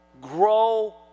Grow